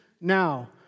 now